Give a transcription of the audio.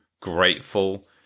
grateful